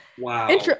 Wow